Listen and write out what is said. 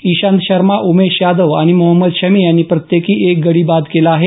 इशांत शर्मा उमेश यादव आणि मोहम्मद शमी यांनी प्रत्येकी एक गडी बाद केला आहे